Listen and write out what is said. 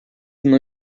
não